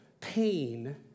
pain